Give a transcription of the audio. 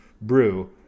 brew